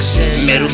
Middle